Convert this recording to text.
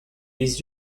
des